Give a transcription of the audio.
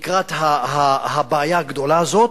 לקראת הבעיה הגדולה הזאת.